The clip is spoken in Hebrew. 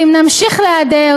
ואם נמשיך להיעדר